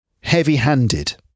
Heavy-handed